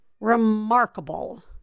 remarkable